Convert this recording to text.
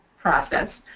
process.